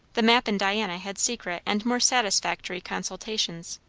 the map and diana had secret and more satisfactory consultations.